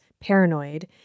Paranoid